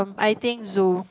I think zoo